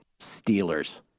Steelers